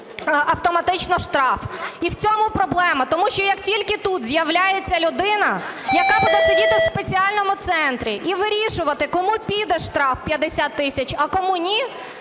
автоматично штраф. І в цьому проблема, тому що як тільки тут з'являється людина, яка буде сидіти в спеціальному центрі і вирішувати, кому піде штраф 50 тисяч, а кому ні,